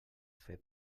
fer